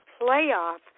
playoff